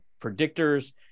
predictors